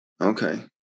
Okay